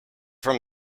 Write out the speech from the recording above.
from